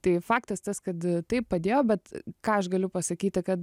tai faktas tas kad tai padėjo bet ką aš galiu pasakyti kad